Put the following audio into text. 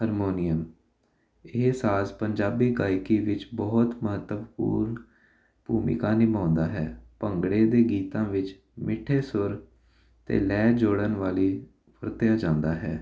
harmonium ਇਹ ਸਾਜ਼ ਪੰਜਾਬੀ ਗਾਇਕੀ ਵਿੱਚ ਬਹੁਤ ਮਹੱਤਵਪੂਰਨ ਭੂਮਿਕਾ ਨਿਭਾਉਂਦਾ ਹੈ ਭੰਗੜੇ ਦੇ ਗੀਤਾਂ ਵਿੱਚ ਮਿੱਠੇ ਸੁਰ ਅਤੇ ਲੈਅ ਜੋੜਨ ਵਾਲੀ ਵਰਤਿਆ ਜਾਂਦਾ ਹੈ